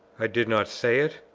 i did not say it,